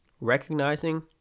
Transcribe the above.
recognizing